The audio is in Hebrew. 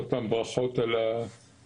תודה רבה לך, יוגב.